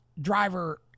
driver